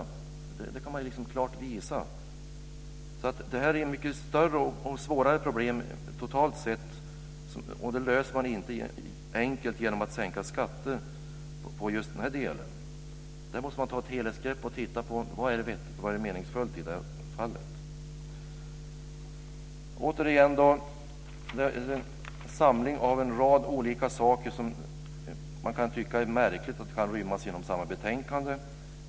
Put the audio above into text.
Det kan man klart påvisa. Det här ett mycket större och svårare problem totalt sett, och det löser man inte enkelt genom att sänka skatter på alkohol. Här måste man ta ett helhetsgrepp och se vad som är vettigt och meningsfullt. Det är här en rad olika frågor som man kan tycka är märkligt att de kan rymmas inom samma betänkande.